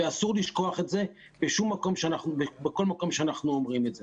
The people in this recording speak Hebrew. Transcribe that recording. אסור לשכוח את זה בכל מקום שאנחנו אומרים את זה.